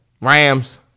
Rams